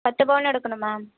பத்துப் பவுனு எடுக்கணும் மேம்